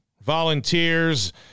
volunteers